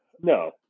no